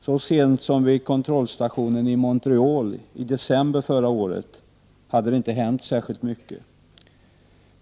Så sent som vid kontrollstationen i Montreal i december förra året hade det inte hänt särskilt mycket.